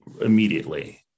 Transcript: immediately